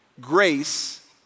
grace